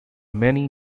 many